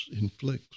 inflicts